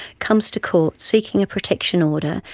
comes to court seeking a protection order,